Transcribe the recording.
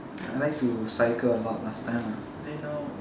I like to cycle a lot last time ah eh now